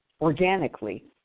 organically